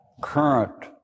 current